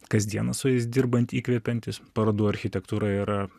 kasdieną su jais dirbant įkvepiantys parodų architektūrai yra